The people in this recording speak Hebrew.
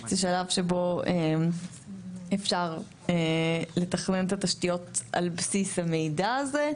זה שלב שבו אפשר לתכנן את התשתיות על בסיס המידע הזה,